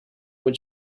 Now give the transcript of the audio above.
what